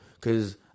Cause